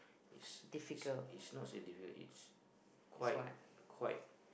it's it's it's not say difficult it's quite quite